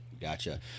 Gotcha